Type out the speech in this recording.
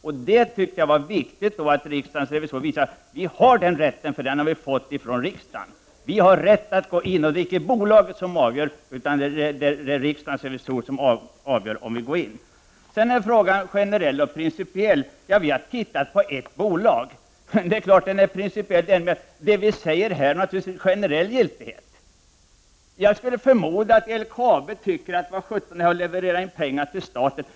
Jag tyckte att det då var riktigt att riksdagens revisorer visade att vi har den rätten att gå in och granska, för den har vi fått av riksdagen. Och det är inte bolagen utan riksdagens revisorer som avgör om vi skall granska. Sedan är frågan generell och principiell. Vi har tittat på ett bolag, och det är klart att frågan är principiell — och vad vi säger här har naturligtvis generell giltighet. Jag skulle förmoda att LKAB tycker att vad sjutton — leverera in pengar till staten?